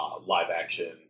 live-action